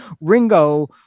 Ringo